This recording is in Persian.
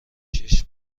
شیش